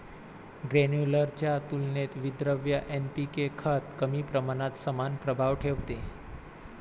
granular च्या तुलनेत विद्रव्य एन.पी.के खत कमी प्रमाणात समान प्रभाव ठेवते